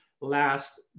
last